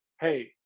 hey